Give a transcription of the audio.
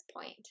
point